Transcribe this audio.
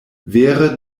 vere